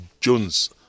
jones